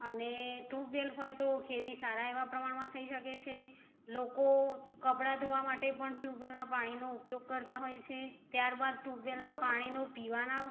અને ટ્યુબવેલ હોય તો ખેતી સારા એવા પ્રમાણમાં થઈ શકે છે લોકો કપડા ધોવા માટે પણ ટ્યુબવેલના પાણીનો ઉપયોગ કરતા હોય છે ત્યારબાદ ટ્યુબવેલના પાણીનો પીવાના